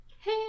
Hey